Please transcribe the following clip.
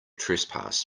trespass